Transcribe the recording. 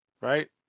Right